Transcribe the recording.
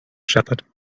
shepherd